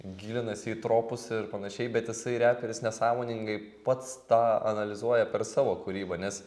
gilinasi į tropus ir panašiai bet jisai reperis nesąmoningai pats tą analizuoja per savo kūrybą nes